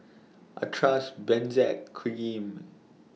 I Trust Benzac Cream